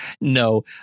No